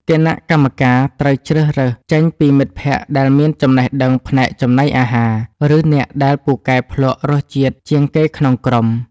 គណៈកម្មការត្រូវជ្រើសរើសចេញពីមិត្តភក្តិដែលមានចំណេះដឹងផ្នែកចំណីអាហារ ឬអ្នកដែលពូកែភ្លក្សរសជាតិជាងគេក្នុងក្រុម។